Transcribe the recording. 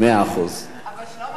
אין מתנגדים.